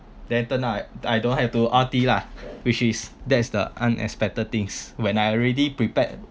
then turn out I don't have to R_T lah which is that's the unexpected things when I already prepared